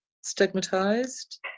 stigmatized